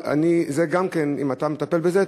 אם אתה מטפל בזה,